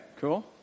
cool